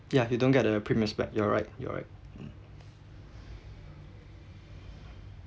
yeah we don't get the premiums back you are right you are right